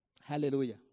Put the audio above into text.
Hallelujah